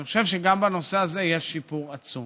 אני חושב שגם בנושא הזה יש שיפור עצום.